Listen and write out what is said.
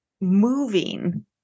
moving